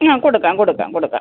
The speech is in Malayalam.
ആ കൊടുക്കാം കൊടുക്കാം കൊടുക്കാം